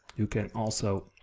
you can also